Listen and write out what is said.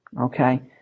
Okay